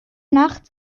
nacht